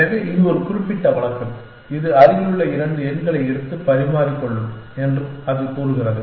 எனவே இது ஒரு குறிப்பிட்ட வழக்கு இது அருகிலுள்ள இரண்டுஎண்களை எடுத்து பரிமாறிக்கொள்ளும் என்று அது கூறுகிறது